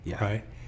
right